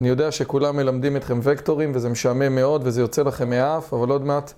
אני יודע שכולם מלמדים אתכם וקטורים וזה משעמם מאוד וזה יוצא לכם מהאף, אבל עוד מעט